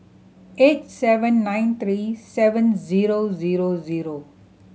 eight seven nine three seven zero zero zero